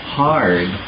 hard